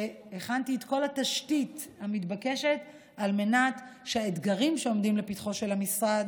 שהכנתי את כל התשתית המתבקשת על מנת שהאתגרים שעומדים לפתחו של המשרד,